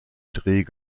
dreh